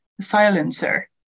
silencer